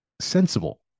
sensible